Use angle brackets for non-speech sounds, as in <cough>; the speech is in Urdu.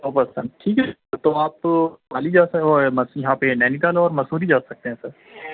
دو پرسن ٹھیک ہے تو آپ <unintelligible> یہاں پہ نینی تال اور مسوری جا سکتے ہیں سر